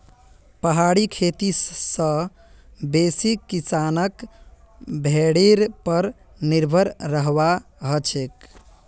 पहाड़ी खेती स बेसी किसानक भेड़ीर पर निर्भर रहबा हछेक